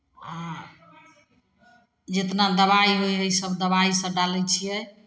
आ जितना दबाइ होइ हइ सभ दबाइसभ डालै छियै